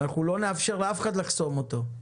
אנחנו לא נאפשר לאף אחד לחסום אותו,